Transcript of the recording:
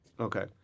Okay